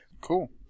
Cool